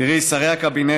תראי, שרי הקבינט,